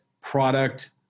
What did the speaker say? product